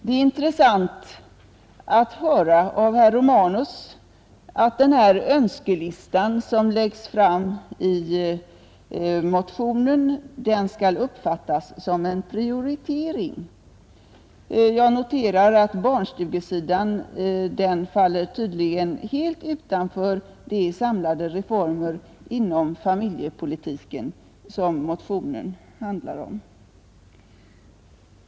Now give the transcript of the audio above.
Det är intressant att höra av herr Romanus att den önskelista som läggs fram i motionen skall uppfattas som en prioritering. Jag noterar att barnstugesidan tydligen faller helt utanför de samlade reformer inom familjepolitiken som motionen handlar om.